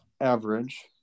average